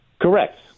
Correct